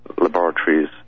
laboratories